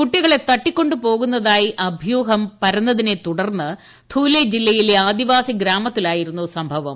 കുട്ടികളെ തട്ടിക്കൊണ്ടുപോകുന്നതായി അഭ്യൂഹം പരന്നതിനെ തുടർന്ന് ധൂലൈ ജില്ലയിലെ ആദിവാസി ഗ്രാമത്തിലായിരുന്നു സംഭ വം